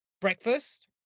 breakfast